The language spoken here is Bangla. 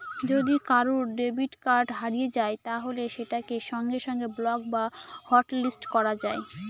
যদি কারুর ডেবিট কার্ড হারিয়ে যায় তাহলে সেটাকে সঙ্গে সঙ্গে ব্লক বা হটলিস্ট করা যায়